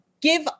give